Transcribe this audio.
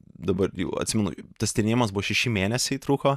dabar atsimenu tas tyrinėjimas buvo šeši mėnesiai truko